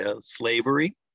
slavery